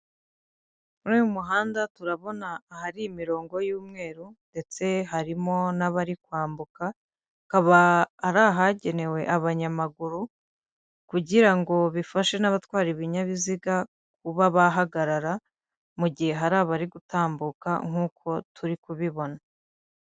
Muri uyu muhanda turabona ahari imirongo y'umweru ndetse harimo n'abari kwambuka. Akaba ari ahagenewe abanyamaguru kugira ngo bifashe n'abatwara ibinyabiziga kuba bahagarara mu gihe hari abari gutambuka nk'uko turi kubibona.